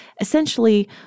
Essentially